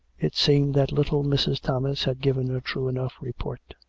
it seemed that little mrs. thomas had given a true enough report.